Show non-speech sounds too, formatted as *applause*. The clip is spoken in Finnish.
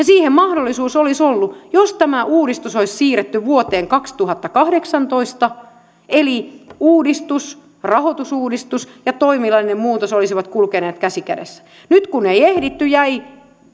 *unintelligible* siihen mahdollisuus olisi ollut jos tämä uudistus olisi siirretty vuoteen kaksituhattakahdeksantoista eli uudistus rahoitusuudistus ja toiminnallinen muutos olisivat kulkeneet käsi kädessä nyt kun ei ehditty jäi